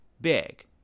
big